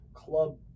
club